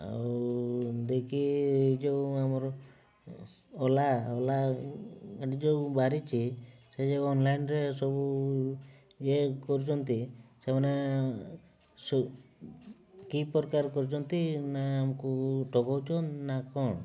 ଆଉ ଦେଇକି ଯେଉଁ ଆମର ଓଲା ଓଲା ଯେଉଁ ବାହାରିଛି ସେ ଯେଉଁ ଅନ୍ଲାଇନ୍ରେ ସବୁ ଇଏ କରୁଛନ୍ତି ସେମାନେ କି ପ୍ରକାର କରୁଛନ୍ତି ନା ଆମକୁ ନା କ'ଣ